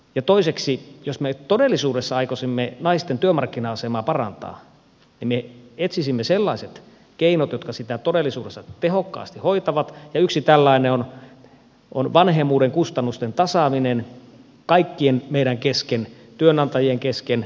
ja toiseksi jos me todellisuudessa aikoisimme naisten työmarkkina asemaa parantaa niin me etsisimme sellaiset keinot jotka sitä todellisuudessa tehokkaasti hoitavat ja yksi tällainen on vanhemmuuden kustannusten tasaaminen kaikkien meidän kesken työnantajien kesken